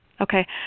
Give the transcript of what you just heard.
Okay